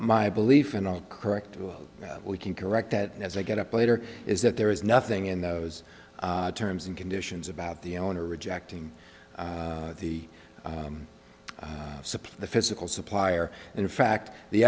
my belief in a correct way we can correct that as i get up later is that there is nothing in those terms and conditions about the owner rejecting the supply the physical supplier and in fact the